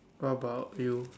what about you